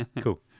cool